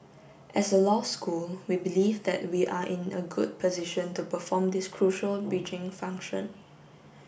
as a law school we believe that we are in a good position to perform this crucial bridging function